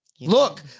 Look